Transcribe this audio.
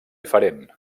diferent